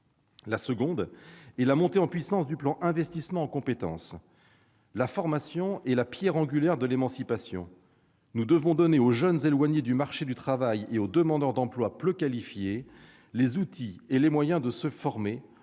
La seconde est la montée en puissance du plan d'investissement dans les compétences ; la formation est en effet la pierre angulaire de l'émancipation. Nous devons donner aux jeunes éloignés du marché du travail et aux demandeurs d'emploi peu qualifiés les outils et les moyens de se former,